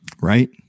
Right